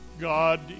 God